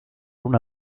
una